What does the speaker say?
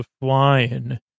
flying